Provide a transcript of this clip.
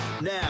Now